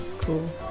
cool